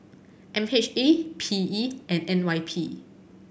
M H A P E and N Y P